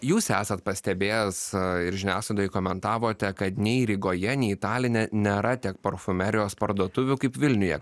jūs esat pastebėjęs ir žiniasklaidoje komentavote kad nei rygoje nei taline nėra tiek parfumerijos parduotuvių kaip vilniuje kaip